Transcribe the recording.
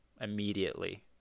immediately